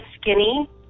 skinny